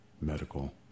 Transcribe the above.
medical